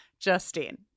Justine